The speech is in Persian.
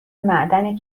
معدن